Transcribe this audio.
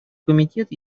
комитет